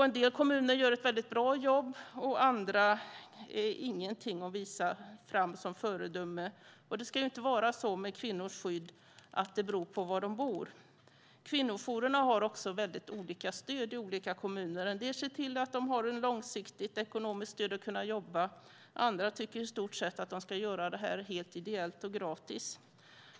En del kommuner gör ett väldigt bra jobb, och andra är ingenting att visa fram som föredöme. Det ska inte vara så med kvinnors skydd att det beror på var de bor. Kvinnojourerna har väldigt olika stöd i olika kommuner. En del ser till att de har ett långsiktigt ekonomiskt stöd. Andra tycker i stort sett att man ska göra det här helt ideellt och gratis.